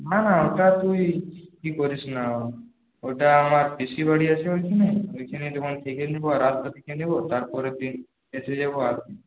না না ওটা তুই করিস না ওটা আমার পিসির বাড়ি আছে ওইখানে ওখানে থেকে নেব রাতটা থেকে নেব তারপরের দিন এসে যাবো আর কি